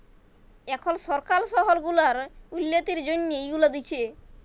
এখল সরকার শহর গুলার উল্ল্যতির জ্যনহে ইগুলা দিছে